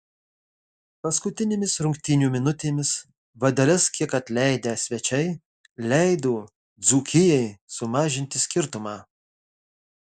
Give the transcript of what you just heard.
paskutinėmis rungtynių minutėmis vadeles kiek atleidę svečiai leido dzūkijai sumažinti skirtumą